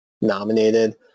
nominated